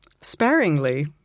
sparingly